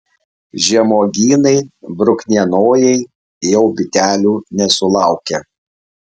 žemuogynai bruknienojai jau bitelių nesulaukia